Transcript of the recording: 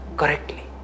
correctly